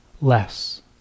less